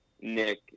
Nick